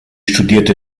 studierte